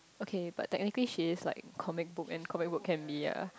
okay but technically she is like comic book and comic book can be a